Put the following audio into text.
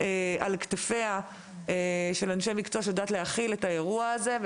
על כתפיה של אנשי מקצוע שיודעת להכיל את האירוע הזה,